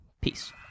peace